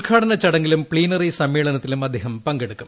ഉദ്ഘാടന ചടങ്ങിലും പ്ലീനറി സമ്മേളനത്തിലും അദ്ദേഹം പങ്കെടുക്കും